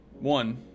one